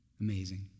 Amazing